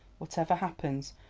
whatever happens,